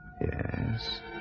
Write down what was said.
Yes